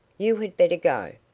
you had better go.